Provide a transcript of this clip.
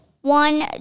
one